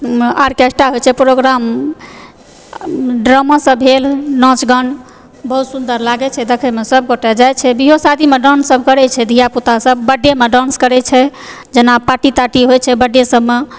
orchestra होयत छै programme ड्रामासभ भेल नाच गान बहुत सुन्दर लागैत छै देखयमे सभ गोटे जाइ छै बिआहो शादीमे डान्ससभ करैत छै धिया पुतासभ बर्थडेमे डान्स करैत छै जेना पार्टी तारटी होइत छै बर्थडेसभमे